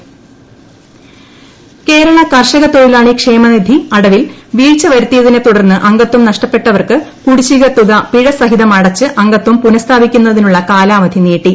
labour commission Kerala കർഷക തൊഴിലാളി ക്ഷേമനിധി അടവിൽ വീഴ്ചവരുത്തിയതിനെത്തുടർന്ന് അംഗത്വം നഷ്ടപ്പെട്ടവർക്ക് കുടിശിക തുക പിഴ സഹിതം അടച്ച് അംഗത്വം പുനഃസ്ഥാപിക്കുന്നതിനുള്ള കാലാവധി നീട്ടി